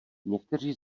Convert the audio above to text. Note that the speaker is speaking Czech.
někteří